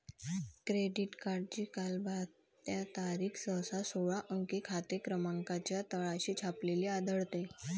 credit कार्डची कालबाह्यता तारीख सहसा सोळा अंकी खाते क्रमांकाच्या तळाशी छापलेली आढळते